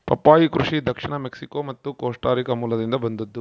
ಪಪ್ಪಾಯಿ ಕೃಷಿ ದಕ್ಷಿಣ ಮೆಕ್ಸಿಕೋ ಮತ್ತು ಕೋಸ್ಟಾರಿಕಾ ಮೂಲದಿಂದ ಬಂದದ್ದು